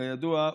כידוע,